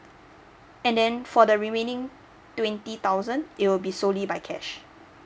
and then for the remaining twenty thousand it will be solely by cash